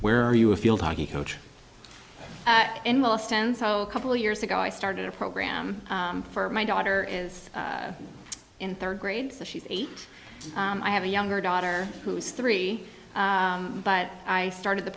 where are you a field hockey coach a couple years ago i started a program for my daughter is in third grade so she's eight i have a younger daughter who is three but i started the